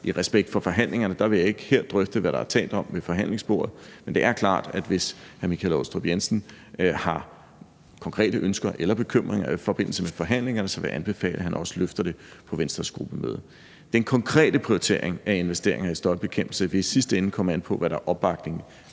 I respekt for forhandlingerne vil jeg ikke her drøfte, hvad der er talt om ved forhandlingsbordet, men det er klart, at hvis hr. Michael Aastrup Jensen har konkrete ønsker eller bekymringer i forbindelse med forhandlingerne, så vil jeg anbefale, at han også løfter det på Venstres gruppemøde. Den konkrete prioritering af investeringer i støjbekæmpelse vil i sidste ende komme an på, hvad der er opbakning